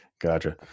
Gotcha